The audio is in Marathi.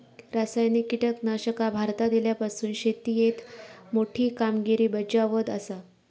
रासायनिक कीटकनाशका भारतात इल्यापासून शेतीएत मोठी कामगिरी बजावत आसा